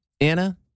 Anna